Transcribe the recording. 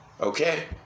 Okay